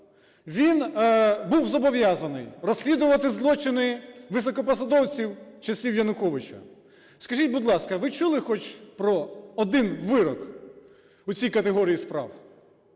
Він був зобов'язаний розслідувати злочини високопосадовців часів Януковича. Скажіть, будь ласка, а ви чули хоч про один вирок у цій категорії справ?